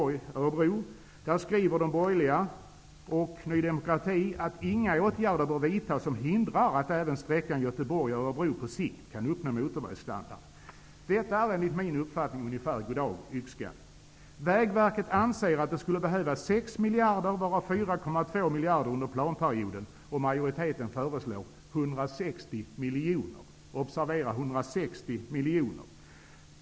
Där skriver de borgerliga och Ny demokrati att inga åtgärder bör vidtas som hindrar att även sträckan Göteborg--Örebro på sikt kan uppnå motorvägstandard. Detta är enligt min uppfattning ungefär ''god dag yxskaft''. Vägverket anser att det skulle behövas 6 miljarder kronor, varav 4,2 under planperioden, och majoriteten föreslår 160 miljoner, observera 160 miljoner.